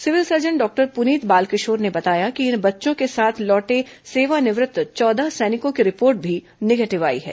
civil surgeon doctor Puneet Balkishore ने बताया कि इन बच्चों के साथ लौटे सेवानिवृत्त चौदह सैनिकों की रिपोर्ट भी निगेटिव आई है